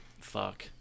fuck